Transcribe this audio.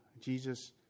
Jesus